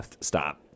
Stop